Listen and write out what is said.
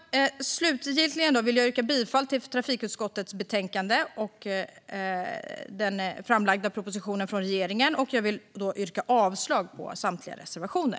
Slutligen vill jag yrka bifall till trafikutskottets förslag och den framlagda propositionen från regeringen och yrka avslag på samtliga reservationer.